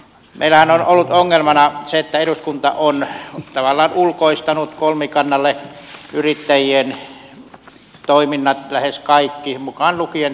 meillähän on ollut ongelmana se että eduskunta on tavallaan ulkoistanut kolmikannalle yrittäjien toiminnat lähes kaikki mukaan lukien sosiaaliturvan